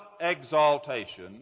exaltation